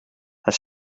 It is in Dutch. hij